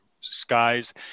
skies